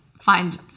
find